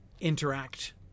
interact